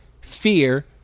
fear